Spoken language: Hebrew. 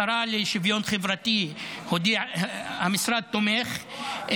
השרה לשוויון חברתי הודיעה שהמשרד תומך,